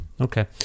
Okay